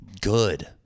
Good